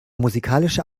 musikalische